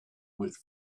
with